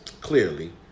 clearly